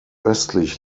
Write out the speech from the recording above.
östlich